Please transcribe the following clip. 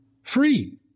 Free